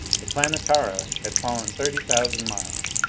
the planetara had fallen thirty thousand miles.